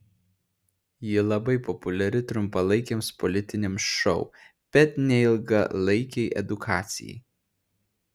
ji labai populiari trumpalaikiams politiniams šou bet ne ilgalaikei edukacijai